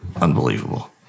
unbelievable